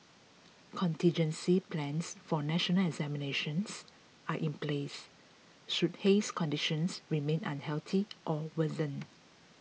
contingency plans for national examinations are in place should haze conditions remain unhealthy or worsen